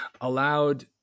allowed